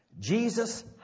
Jesus